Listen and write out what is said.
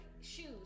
Shoes